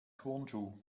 turnschuh